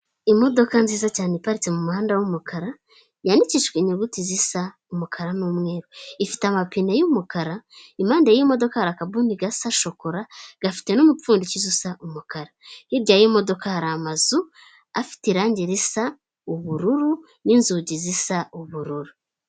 Imodoka nziza cyane iparitse mu muhanda w'umukara yandikijwe inyuguti zisa umukara n'umweru, ifite amapine y'umukara, impande y'imodoka hari akabuni gasa shokora gafite n'umupfundiki usa umukara, hirya y'imodoka hari amazu afite irangi risa ubururu n'inzugi zisa ubururu.